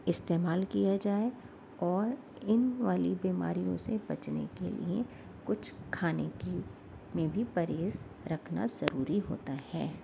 استعمال کیا جائے اور ان والی بیماریوں سے بچنے کے لیے کچھ کھانے کی میں بھی پرہیز رکھنا ضروری ہوتا ہے